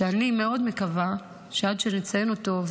שאני מאוד מקווה שעד שנציין אותו,